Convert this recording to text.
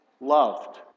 loved